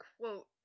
quote